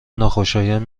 ناخوشایند